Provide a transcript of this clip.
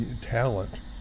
talent